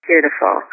Beautiful